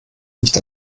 nicht